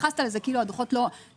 התייחסת לזה כאילו הדוחות לא,